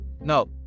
No